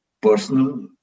personal